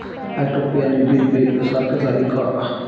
Auto pay आणि bill pay सारखेच आहे का?